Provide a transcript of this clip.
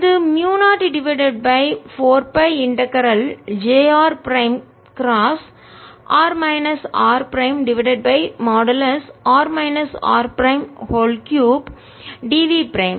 இது mu 0 divided by 4 by integral j prime cross r minus r prime divided by modulus r minus r prime 3 dV prime